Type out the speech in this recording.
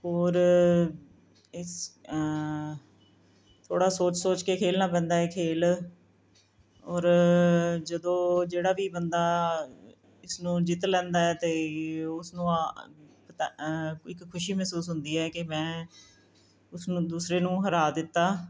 ਔਰ ਇਸ ਥੋੜ੍ਹਾ ਸੋਚ ਸੋਚ ਕੇ ਖੇਡਣਾ ਪੈਂਦਾ ਹੈ ਖੇਡ ਔਰ ਜਦੋਂ ਜਿਹੜਾ ਵੀ ਬੰਦਾ ਇਸਨੂੰ ਜਿੱਤ ਲੈਂਦਾ ਹੈ ਅਤੇ ਉਸਨੂੰ ਇੱਕ ਖੁਸ਼ੀ ਮਹਿਸੂਸ ਹੁੰਦੀ ਹੈ ਕਿ ਮੈਂ ਉਸਨੂੰ ਦੂਸਰੇ ਨੂੰ ਹਰਾ ਦਿੱਤਾ